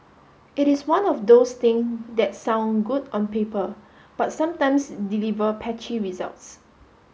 it is one of those thing that sound good on paper but sometimes deliver patchy results